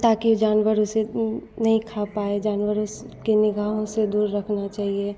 ताकी जानवर उसे नहीं खा पाएं जानवर उसकी निगाहों से दूर रखना चाहिए